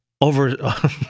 Over